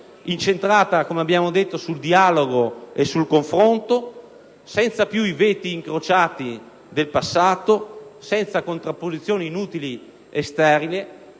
detto, sul dialogo e sul confronto, senza più i veti incrociati del passato, senza contrapposizioni inutili e sterili.